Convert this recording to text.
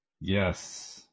Yes